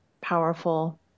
powerful